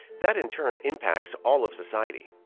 that in turn impacts all of society.